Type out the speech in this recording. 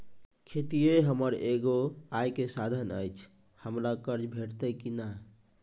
खेतीये हमर एगो आय के साधन ऐछि, हमरा कर्ज भेटतै कि नै?